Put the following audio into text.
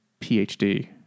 PhD